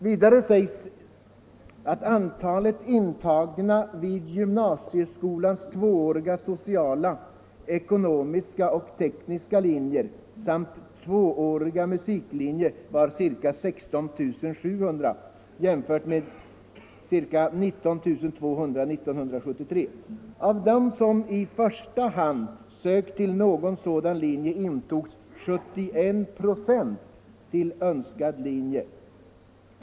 Vidare sägs att antalet intagna vid gymnasieskolans tvååriga sociala, ekonomiska och tekniska linjer samt tvååriga musiklinjer var ca 16 700 jämfört med ca 19 200 år 1973. Av dem som i första hand sökt till någon sådan linje intogs 71 96 till önskad linje.